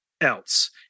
else